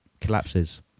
collapses